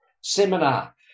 seminar